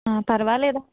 పర్వలేదా